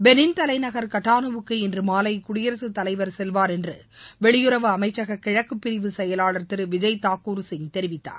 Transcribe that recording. Benin தலைநகர் கட்டானூவுக்கு இன்று மாலை குடியரசுத் தலைவர் செல்வார் என்று வெளியுறவு அமைச்சக கிழக்குப் பிரிவு செயலாளர் திரு விஜய் தாக்கூர் சிங் தெரிவித்தார்